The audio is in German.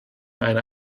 eine